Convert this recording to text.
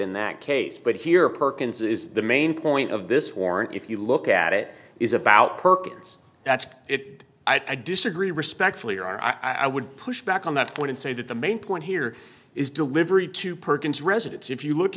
in that case but here perkins is the main point of this warrant if you look at it is about perkins that's it i disagree respectfully or i would push back on that point and say that the main point here is delivery to perkins residence if you look